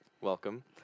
Welcome